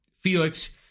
Felix